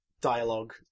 dialogue